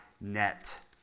net